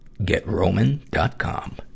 getroman.com